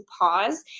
pause